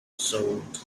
sold